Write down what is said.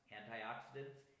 antioxidants